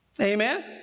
Amen